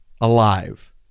alive